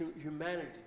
humanity